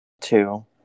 two